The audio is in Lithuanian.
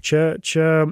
čia čia